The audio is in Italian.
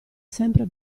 sempre